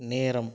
நேரம்